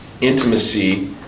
intimacy